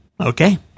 Okay